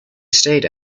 stayed